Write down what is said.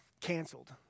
canceled